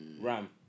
ram